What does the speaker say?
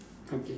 okay